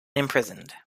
imprisoned